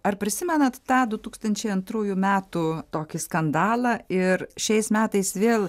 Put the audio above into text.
ar prisimenat tą du tūkstančiai antrųjų metų tokį skandalą ir šiais metais vėl